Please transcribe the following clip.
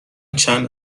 چند